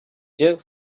jerk